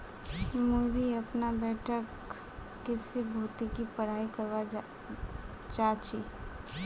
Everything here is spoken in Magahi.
मुई भी अपना बैठक कृषि भौतिकी पढ़ाई करवा चा छी